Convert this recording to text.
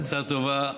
עצה טובה: